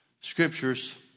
scriptures